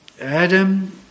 Adam